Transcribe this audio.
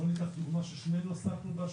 בוא ניקח דוגמה ששנינו עסקנו בה,